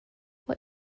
what